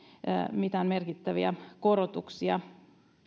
mitään merkittäviä korotuksia